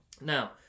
Now